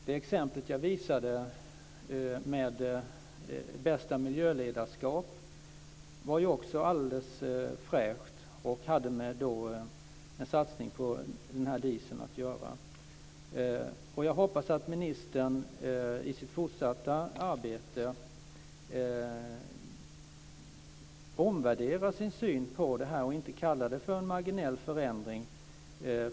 Det exempel jag visade, med bästa miljöledarskap, var också alldeles fräscht och hade med en satsning på diesel att göra. Jag hoppas att ministern i sitt fortsatta arbete omvärderar sin syn på det här och inte kallar det för en marginell förändring.